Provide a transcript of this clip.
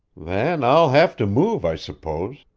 then i'll have to move, i suppose.